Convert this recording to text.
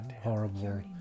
horrible